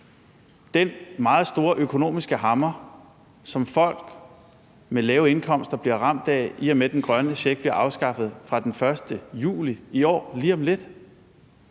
den meget store økonomiske hammer, som folk med lave indkomster bliver ramt af, i og med at den grønne check bliver afskaffet fra den 1. juli i år, altså lige om lidt.